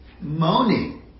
moaning